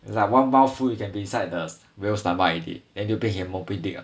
like one mouth full you can be inside the whale stomach already then you can be moby dick liao